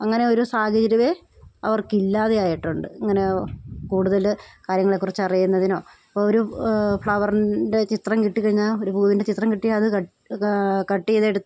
അങ്ങനെ ഒരു സാഹചര്യമേ അവർക്കില്ലാതെ ആയിട്ടുണ്ട് ഇങ്ങനേ കൂടുതൽ കാര്യങ്ങളെക്കുറിച്ച് അറിയുന്നതിനോ അപ്പോഴൊരു ഫ്ലവറിൻ്റെ ചിത്രം കിട്ടിക്കഴിഞ്ഞാൽ ഒരു പൂവിൻ്റെ ചിത്രം കിട്ടിയാൽ അത് ക കട്ട് ചെയ്തെടുത്ത്